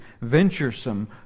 venturesome